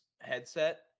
headset